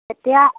এতিয়া